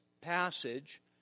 passage